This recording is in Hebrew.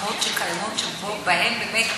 שבהן באמת זיהום האוויר,